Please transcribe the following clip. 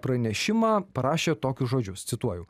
pranešimą parašė tokius žodžius cituoju